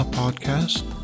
podcast